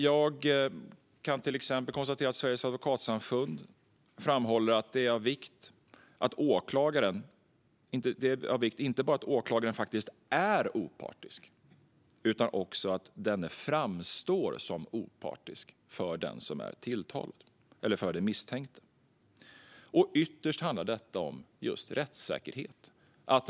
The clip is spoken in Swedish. Jag konstaterar till exempel att Sveriges advokatsamfund framhåller att det är av vikt att åklagaren inte bara är opartisk utan att denne framstår som opartisk för den misstänkte. Ytterst handlar detta om rättssäkerhet.